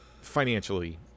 financially